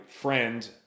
friend